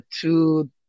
two